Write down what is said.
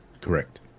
Correct